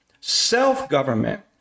self-government